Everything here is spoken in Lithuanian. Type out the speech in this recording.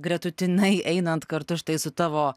gretutinai einant kartu štai su tavo